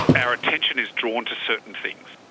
our attention is drawn to certain things.